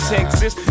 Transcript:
Texas